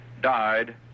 died